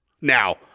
Now